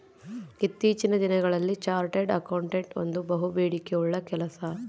ಇತ್ತೀಚಿನ ದಿನಗಳಲ್ಲಿ chartered accountant ಒಂದು ಬಹುಬೇಡಿಕೆ ಉಳ್ಳ ಕೆಲಸ